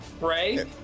ray